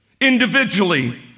individually